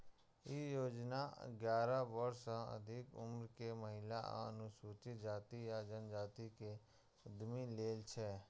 ई योजना अठारह वर्ष सं अधिक उम्र के महिला आ अनुसूचित जाति आ जनजाति के उद्यमी लेल छै